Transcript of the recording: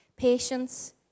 patience